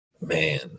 Man